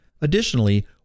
Additionally